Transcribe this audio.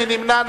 מי נמנע?